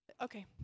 Okay